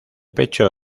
pecho